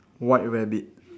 white rabbit